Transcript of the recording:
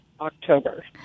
October